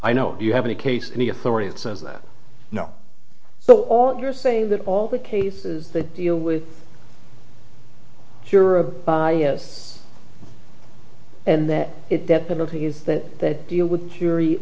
i know you have any case any authority that says that no so you're saying that all the cases they deal with here are by us and that it definitely is that deal with fury